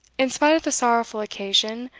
in spite of the sorrowful occasion,